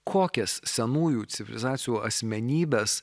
kokias senųjų civilizacijų asmenybes